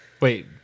Wait